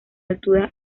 altura